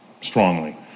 strongly